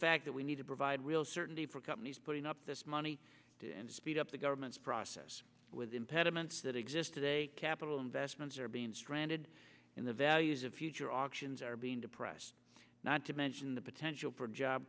that we need to provide real certainty for companies putting up this money and speed up the government's process with impediments that exist today capital investments are being stranded in the values of future options are being depressed not to mention the potential for job